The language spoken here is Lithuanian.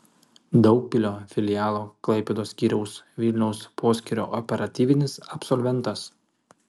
daugpilio filialo klaipėdos skyriaus vilniaus poskyrio operatyvinis absolventas